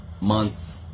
month